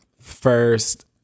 first